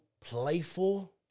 playful